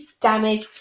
damage